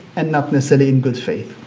and not necessarily in good faith.